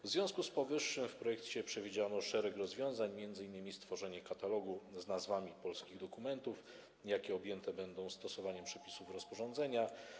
W związku z powyższym w projekcie przewidziano szereg rozwiązań, m.in. stworzenie katalogu z nazwami polskich dokumentów, jakie objęte będą stosowaniem przepisów rozporządzenia.